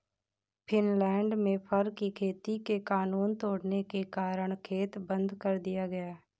Finland में फर की खेती के कानून तोड़ने के कारण खेत बंद कर दिया गया